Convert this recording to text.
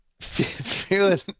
feeling